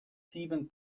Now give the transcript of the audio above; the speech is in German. sieben